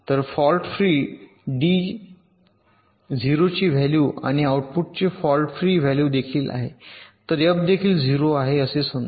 तर fault free D 0 ची value आणि आउटपुटचे फॉल्ट फ्री व्हॅल्यू देखील आहे तर F देखील 0 आहे असे समजू